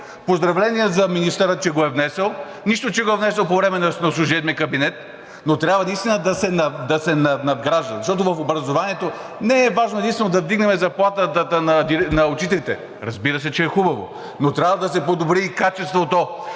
Поздравления за министъра, че го е внесъл – нищо, че го е внесъл по време на служебния кабинет, но трябва наистина да се надгражда, защото в образованието не е важно единствено да вдигнем заплатата на учителите – разбира се, че е хубаво, но трябва да се подобри и качеството,